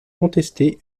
contester